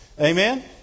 Amen